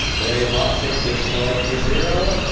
toxic just like his hero